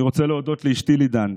אני רוצה להודות לאשתי לידן,